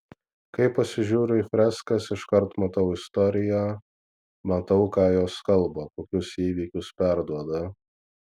kai pasižiūriu į freskas iškart matau istoriją matau ką jos kalba kokius įvykius perduoda